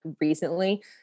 recently